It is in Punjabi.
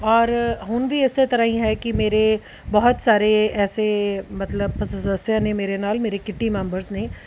ਔਰ ਹੁਣ ਵੀ ਇਸੇ ਤਰ੍ਹਾਂ ਹੀ ਹੈ ਕਿ ਮੇਰੇ ਬਹੁਤ ਸਾਰੇ ਐਸੇ ਮਤਲਬ ਸਦੱਸਿਆ ਨੇ ਮੇਰੇ ਨਾਲ ਮੇਰੇ ਕਿੱਟੀ ਮੈਂਬਰਸ ਨੇ